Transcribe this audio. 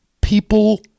people